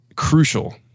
crucial